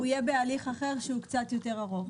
יהיה בהליך אחר שהוא קצת יותר ארוך.